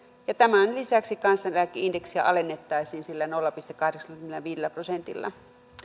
ja tämän lisäksi kansaneläkeindeksiä alennettaisiin sillä nolla pilkku kahdeksallakymmenelläviidellä prosentilla